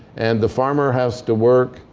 and the farmer has to work,